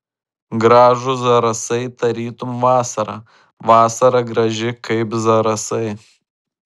gražūs zarasai tarytum vasara vasara graži kaip zarasai